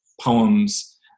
poems